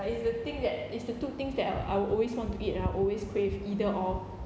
like it's the thing that it's the two things that I I will always want to eat and I always crave either or